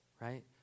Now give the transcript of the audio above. right